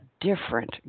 different